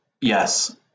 yes